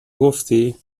گفتی